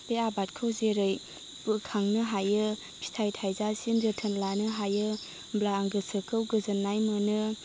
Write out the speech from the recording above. बे आबादखौ जेरै बोखांनो हायो फिथाइ थाइजासिम जोथोन लानो हायो होमब्ला आं गोसोखौ गोजोन्नाय मोनो